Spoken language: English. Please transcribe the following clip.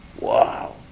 Wow